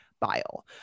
bile